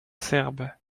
serbe